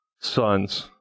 sons